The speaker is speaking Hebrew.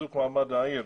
חיזוק מעמד העיר